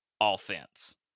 offense